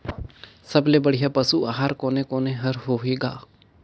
सबले बढ़िया पशु आहार कोने कोने हर होही ग?